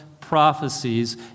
prophecies